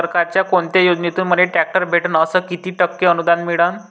सरकारच्या कोनत्या योजनेतून मले ट्रॅक्टर भेटन अस किती टक्के अनुदान मिळन?